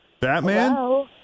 Batman